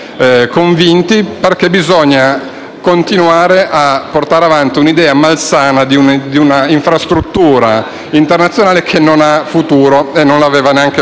continuare a portare avanti un'idea malsana di una infrastruttura internazionale che non ha futuro e non lo aveva neanche venti anni fa.